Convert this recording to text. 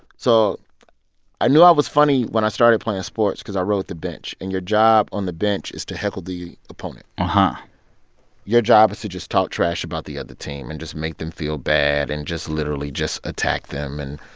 so i knew i was funny when i started playing sports because i rode the bench. and your job on the bench is to heckle the opponent uh-huh your job is to just talk trash about the other team and just make them feel bad and just literally just attack them and.